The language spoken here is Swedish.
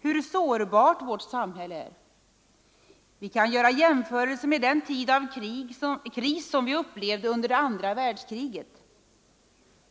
hur sårbart vårt samhälle är. Vi kan göra jämförelser med den tid av kris som vi upplevde under det andra världskriget.